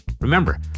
Remember